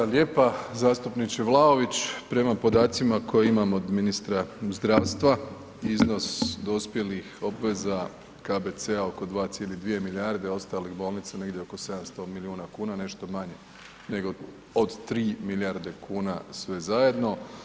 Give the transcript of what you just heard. Hvala lijepa, zastupniče Vlaović, prema podacima koje imam od ministra zdravstva iznos dospjelih obveza KBC-a oko 2,2 milijarde, ostalih bolnica negdje oko 700 milijuna kuna, nešto manje nego od 3 milijarde kuna sve zajedno.